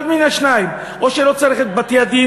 אחד מן השניים: או שלא צריך את בתי-הדין,